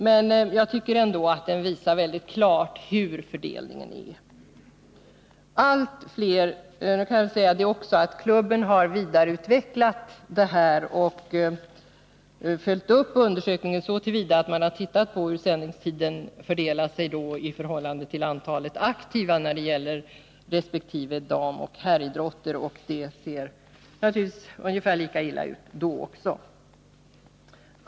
Men jag tycker ändå att den väldigt klart visar hur fördelningen är. Klubben har vidareutvecklat detta och följt upp undersökningen så till vida att man har tittat på hur sändningstiden fördelar sig i förhållande till antalet aktiva när det gäller damresp. herridrott. Det ser naturligtvis lika illa ut då.